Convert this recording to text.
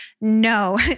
no